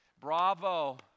Bravo